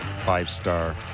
five-star